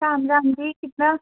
ਰਾਮ ਰਾਮ ਜੀ ਕਿੱਦਾਂ